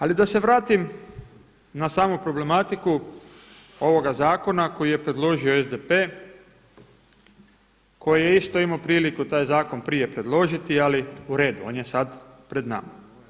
Ali da se vratim na samu problematiku ovoga zakona koji je predložio SDP koji je isto imao priliku taj zakon prije predložiti ali u redu, on je sada pred nama.